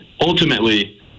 ultimately